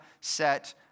set